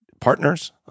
partners